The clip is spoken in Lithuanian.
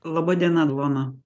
laba diena ilona